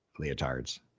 leotards